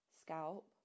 scalp